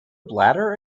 bladder